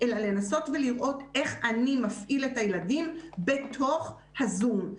אלא לנסות ולראות איך אני מפעיל את הילדים בתוך הזום.